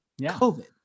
COVID